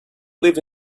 live